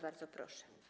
Bardzo proszę.